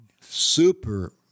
Super